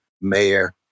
mayor